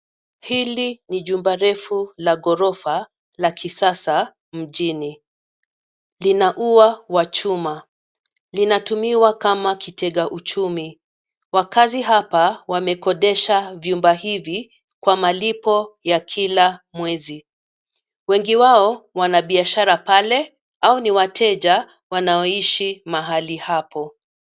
Hili ni jumba refu la ghorofa la kisasa mjini. Lina ua wa chuma, linatumiwa kama kitega uchumi. Wakazi hapa wamekodesha vyumba hivi kwa malipo ya kila mwezi. Wengi wao wana biashara pale. Hao ni wateja wanaoishi mahali hapo.